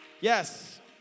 Yes